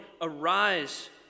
arise